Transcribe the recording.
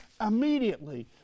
immediately